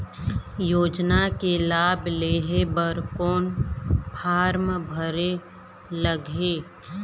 योजना के लाभ लेहे बर कोन फार्म भरे लगही?